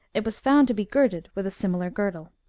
it was found to be girded with a similar girdle.